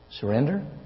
Surrender